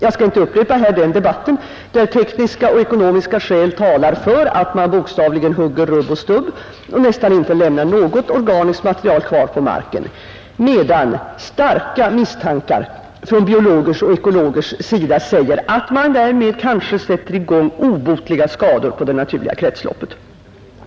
Jag skall inte här upprepa hela den debatten, där tekniska och ekonomiska skäl talar för att man hugger rubb och stubb och nästan inte lämnar något organiskt material kvar på marken, samtidigt som starka misstankar framförs från biologers och ekologers sida om att man därmed kanske sätter i gång en process som vållar obotliga skador på det naturliga kretsloppet.